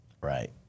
Right